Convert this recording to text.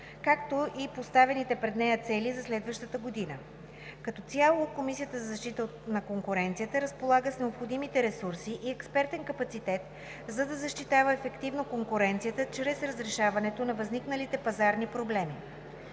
както и поставените пред нея цели за следващата година. Като цяло КЗК разполага с необходимите ресурси и експертен капацитет, за да защитава ефективно конкуренцията чрез разрешаването на възникналите пазарни проблеми.